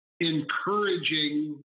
encouraging